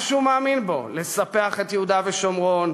מה שהוא מאמין בו, לספח את יהודה ושומרון,